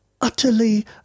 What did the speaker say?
utterly